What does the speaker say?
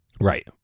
Right